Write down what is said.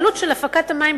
עלות של הפקת המים,